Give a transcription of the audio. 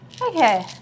Okay